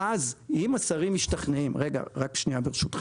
ואז אם השרים משתכנעים רק שנייה, ברשותכם,